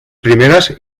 primeras